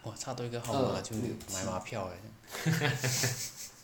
!wah! 差多一个号码就买马票 eh